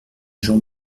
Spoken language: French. jean